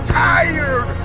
tired